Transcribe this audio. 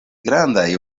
grandaj